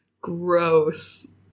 Gross